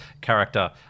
character